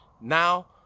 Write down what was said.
now